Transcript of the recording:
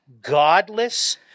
godless